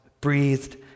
breathed